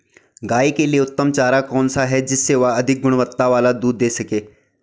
गाय के लिए उत्तम चारा कौन सा है जिससे वह अधिक गुणवत्ता वाला दूध दें सके?